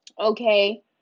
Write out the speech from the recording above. Okay